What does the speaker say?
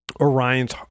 Orion's